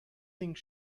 think